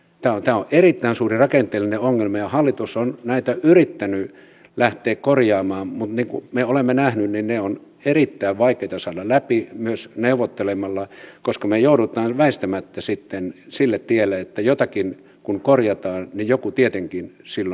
tämä on erittäin suuri rakenteellinen ongelma ja hallitus on näitä yrittänyt lähteä korjaamaan mutta niin kuin me olemme nähneet niitä on erittäin vaikea saada läpi myös neuvottelemalla koska me joudumme väistämättä sitten sille tielle että jotakin kun korjataan niin joku tietenkin silloin kärsii